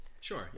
sure